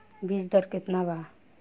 बीज दर केतना वा?